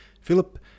Philip